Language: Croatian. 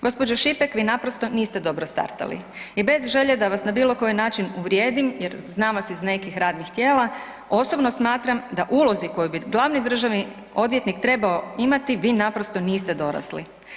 Gospođo Šipek vi naprosto niste dobro startali i bez želje da vas na bilo koji način uvrijedim jer znam vas iz nekih radnih tijela osobno smatram da ulozi koji bi glavni državni odvjetnik trebao imati vi naprosto niste dorasli.